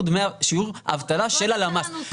שיעור האבטלה של הלמ"ס.